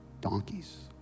donkeys